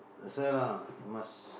that's why lah must